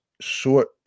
Short